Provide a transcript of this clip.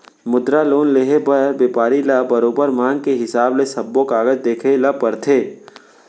मुद्रा लोन लेहे बर बेपारी ल बरोबर मांग के हिसाब ले सब्बो कागज देखाए ल परथे